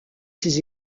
ses